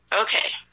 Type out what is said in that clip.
Okay